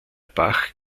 bach